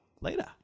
Later